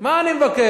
מה אני מבקש?